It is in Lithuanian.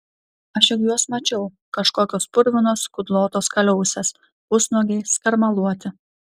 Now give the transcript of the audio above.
aš juk juos mačiau kažkokios purvinos kudlotos kaliausės pusnuogiai skarmaluoti